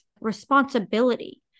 responsibility